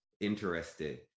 interested